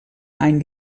any